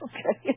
Okay